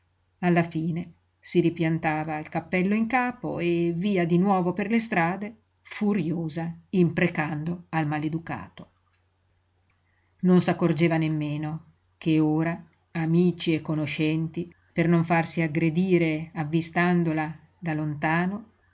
alla fine si ripiantava il cappello in capo e via di nuovo per le strade furiosa imprecando al maleducato non s'accorgeva nemmeno che ora amici e conoscenti per non farsi aggredire avvistandola da lontano